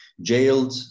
Jailed